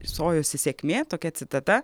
sojosi sėkmė tokia citata